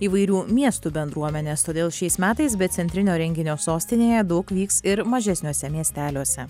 įvairių miestų bendruomenės todėl šiais metais be centrinio renginio sostinėje daug vyks ir mažesniuose miesteliuose